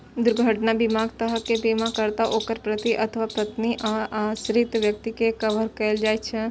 दुर्घटना बीमाक तहत बीमाकर्ता, ओकर पति अथवा पत्नी आ आश्रित व्यक्ति कें कवर कैल जाइ छै